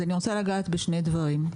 אני רוצה לגעת בשני דברים.